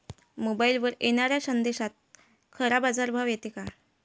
मोबाईलवर येनाऱ्या संदेशात खरा बाजारभाव येते का?